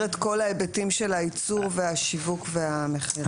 את כל ההיבטים של הייצור והשיווק והמכירה.